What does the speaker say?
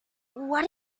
what